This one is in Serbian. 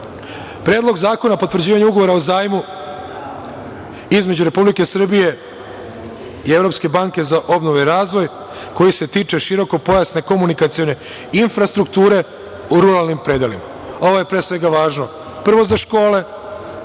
Predlog zakona o potvrđivanju Ugovora o zajmu između Republike Srbije i Evropske banke za obnovu i razvoji koji se tiče širokopojasne komunikacione infrastrukture u ruralnim predelima. Ovo je pre svega važno prvo za škole,